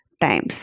times